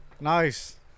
Nice